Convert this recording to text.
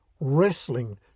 wrestling